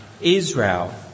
Israel